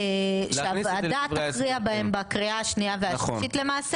שהוועדה תכריע בהם בקריאה השנייה והשלישית למעשה?